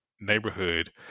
neighborhood